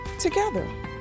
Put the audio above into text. together